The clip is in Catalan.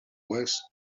webs